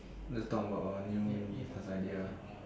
note down about our new business idea